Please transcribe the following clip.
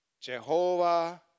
Jehovah